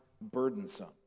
burdensome